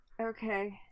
okay